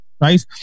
Right